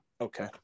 Okay